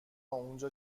اونجا